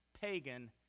pagan